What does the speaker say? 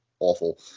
awful